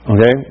Okay